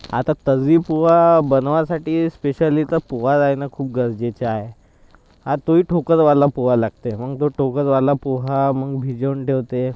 आता तर्री पोहा बनवायसाठी स्पेशली तर पोहा राहणं खूप गरजेचं आहे हा तो ही ठोकरवाला पोहा लागते मग तो ठोकरवाला पोहा मग भिजवून ठेवते